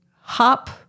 Hop